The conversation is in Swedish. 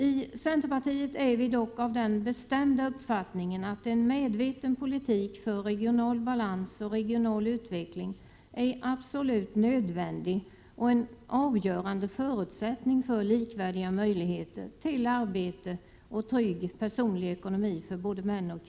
I centerpartiet har vi dock den bestämda uppfattningen att en medveten politik för regional balans och regional utveckling är absolut nödvändig och en avgörande förutsättning för att både män och kvinnor skall ha likvärdiga möjligheter att få arbete och en trygg personlig ekonomi.